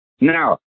Now